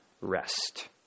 rest